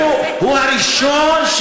הוא הראשון,